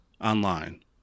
online